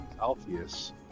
Alpheus